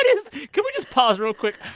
is can we just pause real quick?